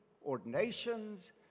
ordinations